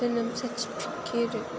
जोनोम सार्टिफिकेट